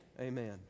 Amen